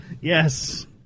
Yes